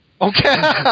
Okay